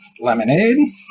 lemonade